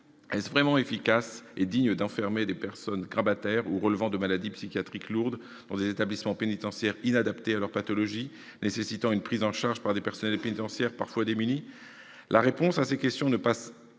Est-il vraiment efficace et digne d'enfermer des personnes grabataires ou relevant de maladies psychiatriques lourdes dans des établissements pénitentiaires inadaptés à leur pathologie et nécessitant une prise en charge par des personnels pénitentiaires parfois démunis ?